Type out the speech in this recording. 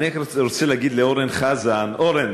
אני רק רוצה להגיד לאורן חזן: אורן,